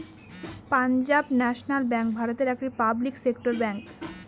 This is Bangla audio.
পাঞ্জাব ন্যাশনাল ব্যাঙ্ক ভারতের একটি পাবলিক সেক্টর ব্যাঙ্ক